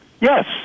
Yes